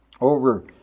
over